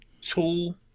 Tool